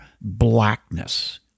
blackness